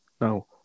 no